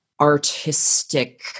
artistic